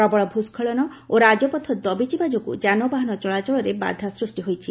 ପ୍ରବଳ ଭୂସ୍କଳନ ଓ ରାଜପଥ ଦବିଯିବା ଯୋଗୁଁ ଯାନବାହାନ ଚଳାଚଳରେ ବାଧା ସୃଷ୍ଟି ହୋଇଛି